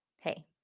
hey